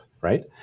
right